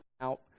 out